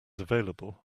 available